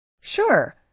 Sure